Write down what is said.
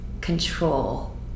control